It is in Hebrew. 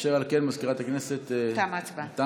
אשר על כן, תמה ההצבעה.